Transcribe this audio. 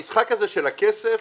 המשחק הזה של הכסף,